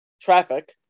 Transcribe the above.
Traffic